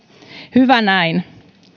hyvä näin